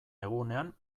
egunean